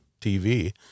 TV